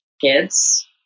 kids